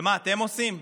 ומה אתם עושים?